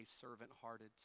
servant-hearted